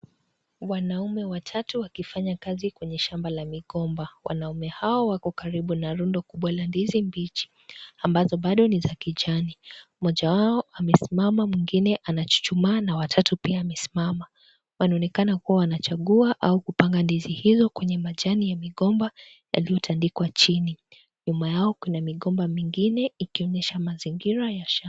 Wanaume watatu wakifanya kazi kwenye shamba la migomba. Wanaume hao wako karibu na rundo kubwa la ndizi mbichi ambazo bado ni za kijani. Mmoja wao amesimama, mwingine anachuchumaa na wa tatu pia amesimama. Wanaonekana kuwa wanachagua au kupanga ndizi hiyo kwenye majani ya migomba yaliyotandikwa chini. Nyuma yao kuna migomba mingine ikionyesha mazingira ya sha...